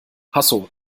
hasso